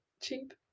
cheap